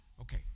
Okay